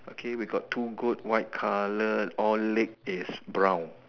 okay we got two goat white colour all leg is brown